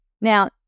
Now